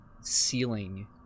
ceiling